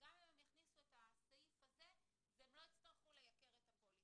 וגם אם הם יכניסו את הסעיף הזה הם לא יצטרכו לייקר את הפוליסה.